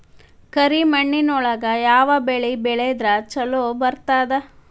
ಕರಿಮಣ್ಣೊಳಗ ಯಾವ ಬೆಳಿ ಬೆಳದ್ರ ಛಲೋ ಬರ್ತದ?